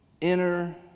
Inner